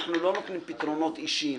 אנחנו לא נותנים פתרונות אישיים.